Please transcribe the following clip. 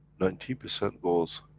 nineteen percent goes